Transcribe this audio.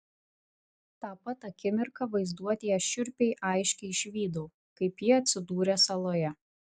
tą pat akimirką vaizduotėje šiurpiai aiškiai išvydau kaip ji atsidūrė saloje